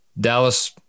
Dallas